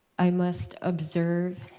i must observe.